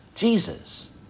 Jesus